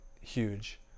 huge